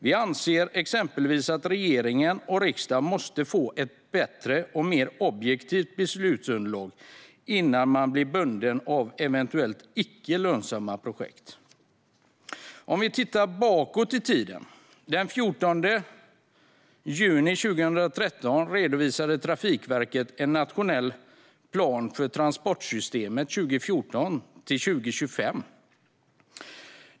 Vi anser exempelvis att regeringen och riksdagen måste få ett bättre och mer objektivt beslutsunderlag innan man blir bunden av eventuellt icke lönsamma projekt. Vi kan titta bakåt i tiden. Den 14 juni 2013 redovisade Trafikverket en nationell plan för transportsystemet 2014-2025.